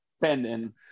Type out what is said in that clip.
pending